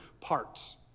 parts